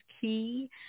key